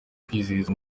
kwizihiza